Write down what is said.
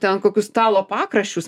ten kokius stalopakraščius